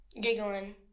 Giggling